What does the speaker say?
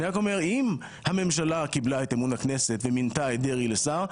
אני רק אומר שאם הממשלה קיבלה את אמון הכנסת ומינתה את דרעי לשר,